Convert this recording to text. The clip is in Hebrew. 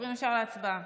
עוברים ישר להצבעה.